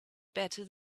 better